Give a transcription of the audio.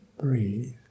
breathe